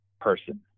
person